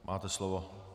Máte slovo.